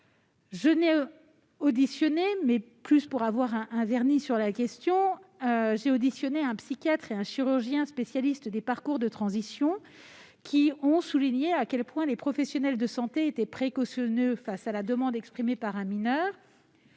aucune audition en ce sens. J'ai simplement entendu un psychiatre et un chirurgien spécialiste des parcours de transition, qui ont souligné à quel point les professionnels de santé étaient précautionneux face à la demande exprimée par un mineur.